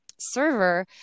server